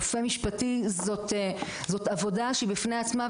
רופא משפטי זאת עבודה שהיא בפני עצמה,